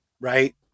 right